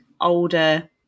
older